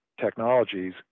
technologies